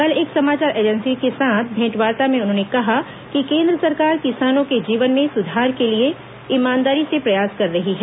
कल एक समाचार एजेंसी के साथ भेंटवार्ता में उन्होंने कहा कि केंद्र सरकार किसानों के जीवन में सुधार के लिए ईमानदारी से प्रयास कर रही है